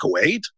Kuwait